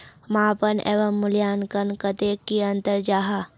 मापन एवं मूल्यांकन कतेक की अंतर जाहा?